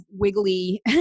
wiggly